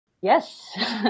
Yes